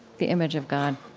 the image of god